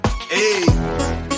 Hey